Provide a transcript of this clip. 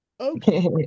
Okay